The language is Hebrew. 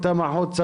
וחוקים,